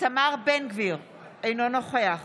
איתמר בן גביר, אינו נוכח